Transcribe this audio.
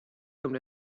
comme